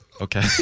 Okay